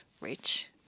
rich